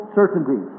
certainty